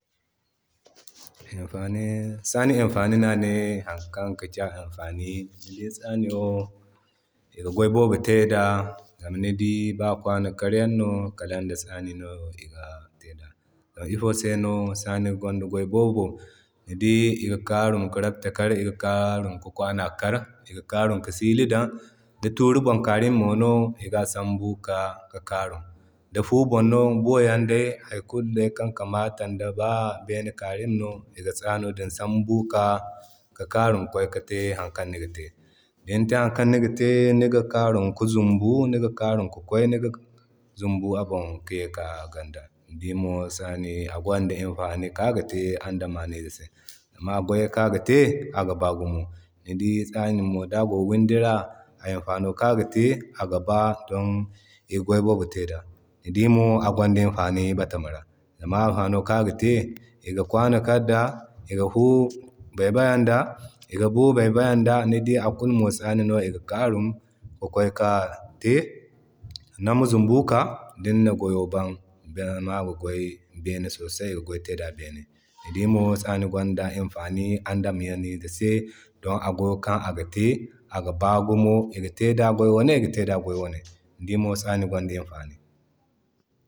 Imfani, tsani imfani no ane hari kan gi te a imfano. Ni dii tsani wo iga goy boobo te da zama ni di ba kwano karyan no kalan da tsani no iga te da. Zama ifo se no tsani gonda goy boobo, ni dii iga karum ki rapta kar iga karum ka kwano kar iga karum ka sili dan. Di turi bon karum no iga sambu kika ka kaarum, di fuu bon no haykulu kan day kamata ba day bene karumi no iga tsano din sambu kika ka karum ka kway kite hari kan niga te. Din te hari kan niga te niga karum ka zumbu niga karum ki kway ki zumbu abon ki ye kika Ganda. Ni dii mo tsani agwanda imfani kan aga te andameyze se. Zama goyo kan aga te aga baa gumo, ni dii tsani da go windi ra imfano kan aga te ga baa don iga goy boobo te da, ni dii mo agwanda imfani batama ra. Zama imfano kan aga te iga kwano kar da iga fuu barbarian da ni dii a kulu mo tsani no iga karum ki kway ka te. Ga nima zumbu kika dina goyo ban, bena aga goy bena sosai iga goy da bene sosai iga goyo te da bene sosai da bene. Ni dii mo tsani gwanda imfani andameyze se don a goyo kan aga te gi ba gumo, ig te da goy wane iga te da goy wane, ni dii mo tsani gwanda imfani.